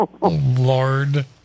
lord